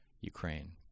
Ukraine